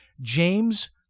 James